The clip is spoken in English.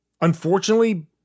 unfortunately